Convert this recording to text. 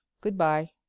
Goodbye